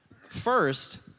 First